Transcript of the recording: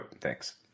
thanks